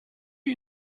you